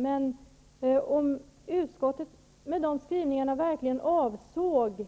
Men om utskottet med de skrivningarna verkligen avsåg